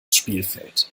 spielfeld